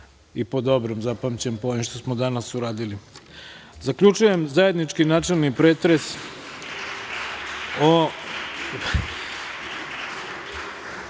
i po dobrom zapamćen, po ovim što smo danas uradili. Zaključujem zajednički načelni pretres